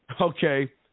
Okay